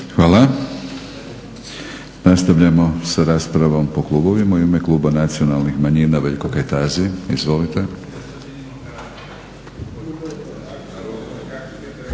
Hvala. Nastavljamo sa raspravom po klubovima. U ima Kluba nacionalnih manjina Veljko Kajtazi. Izvolite.